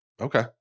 Okay